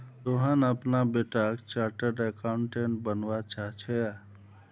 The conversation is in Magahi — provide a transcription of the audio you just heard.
सोहन अपना बेटाक चार्टर्ड अकाउंटेंट बनवा चाह्चेय